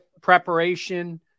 preparation